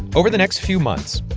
over the next few months,